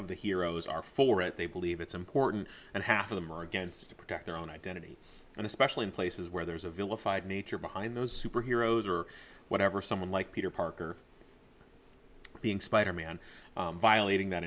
of the heroes are for it they believe it's important and half of them are against it to protect their own identity and especially in places where there's a vilified nature behind those superheroes or whatever someone like peter parker being spider man violating that